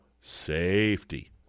safety